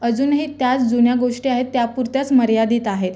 अजूनही त्याच जुन्या गोष्टी आहेत त्या पुरत्याच मर्यादित आहे